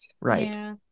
Right